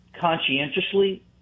conscientiously